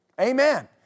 Amen